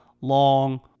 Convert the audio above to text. long